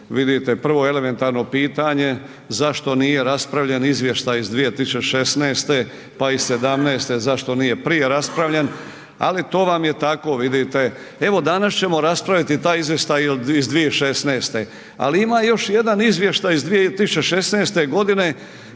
prvo elementarno pitanje zašto nije raspravljen izvještaj iz 2016., pa i '17., zašto nije prije raspravljen, ali to vam je tako vidite, evo danas ćemo raspraviti taj izvještaj iz 2016., ali ima još jedan izvještaj iz 2016.g.